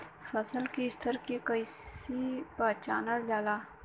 फसल के स्तर के कइसी पहचानल जाला